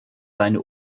seine